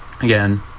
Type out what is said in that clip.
again